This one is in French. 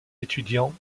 étudiants